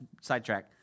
sidetrack